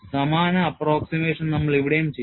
സമാന approximation നമ്മൾ ഇവിടെയും ചെയ്യും